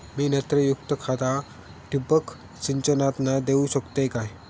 मी नत्रयुक्त खता ठिबक सिंचनातना देऊ शकतय काय?